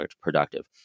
productive